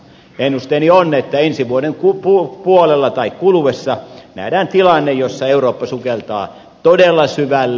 ennusteeni on että ensi vuoden puolella tai kuluessa nähdään tilanne jossa eurooppa sukeltaa todella syvälle